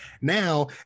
now